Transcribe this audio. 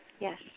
Yes